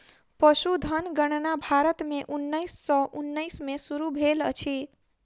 पशुधन गणना भारत में उन्नैस सौ उन्नैस में शुरू भेल अछि